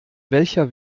welcher